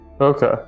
Okay